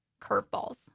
curveballs